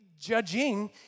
judging